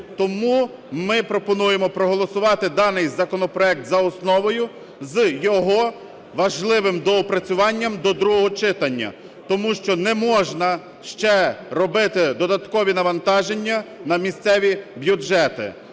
Тому ми пропонуємо проголосувати даний законопроект за основу з його важливим доопрацюванням до другого читання. Тому що не можна ще робити додаткові навантаження на місцеві бюджети.